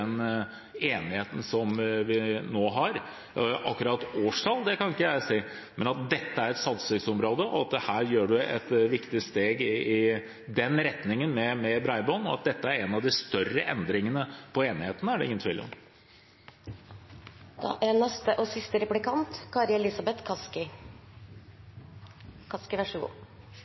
den enigheten som vi nå har. Et akkurat årstall kan jeg ikke si, men at dette er et satsingsområde, at man her tar et viktig steg i den retningen med bredbånd, og at dette er en av de større endringene ved enigheten, er det ingen tvil om. Jeg vet at jeg og